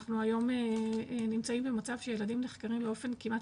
אנחנו היום נמצאים במצב שילדים נחקרים באופן כמעט